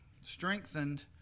Strengthened